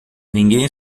ninguém